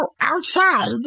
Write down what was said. outside